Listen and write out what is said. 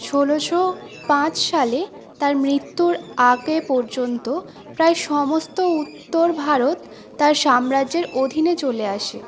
ষোলোশো পাঁচ সালে তার মৃত্যুর আগে পর্যন্ত প্রায় সমস্ত উত্তর ভারত তার সাম্রাজ্যের অধীনে চলে আসে